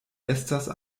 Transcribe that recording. estas